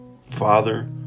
Father